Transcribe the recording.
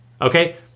Okay